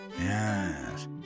Yes